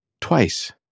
twice